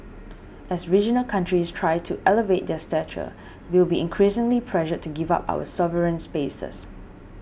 as regional countries try to elevate their stature we will be increasingly pressured to give up our sovereign spaces